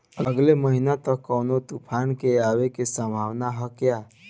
अगले महीना तक कौनो तूफान के आवे के संभावाना है क्या?